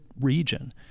region